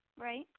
right